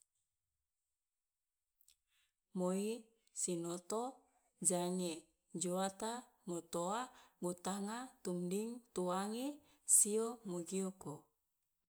Moi, sinoto, jange, joata, motoa, butanga, tumding, tuange, sio, mogioko.